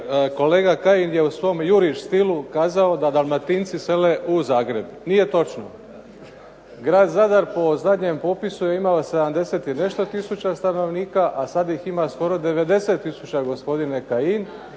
kolega Kajin je svojem juriš stilu kazao da dalmatinci sele u Zagreb. Nije točno. Grad Zadar po zadnjem popisu je imao 70 i nešto tisuća stanovnika, a sada ih ima skoro 90 tisuća gospodine Kajin.